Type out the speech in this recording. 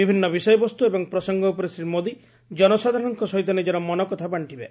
ବିଭିନ୍ନ ବିଷୟବସ୍କୁ ଏବଂ ପ୍ରସଙ୍ଙ ଉପରେ ଶ୍ରୀ ମୋଦି ଜନସାଧାରଣଙ୍କ ସହିତ ନିଜର ମନକଥା ବାଙ୍କିବେ